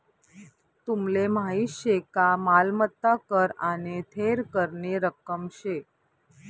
तुमले माहीत शे का मालमत्ता कर आने थेर करनी रक्कम शे